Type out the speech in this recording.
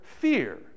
fear